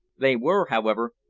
they were, however,